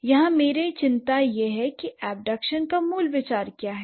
यहां मेरी चिंता यह है कि एबदक्शन का मूल विचार क्या है